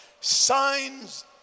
Signs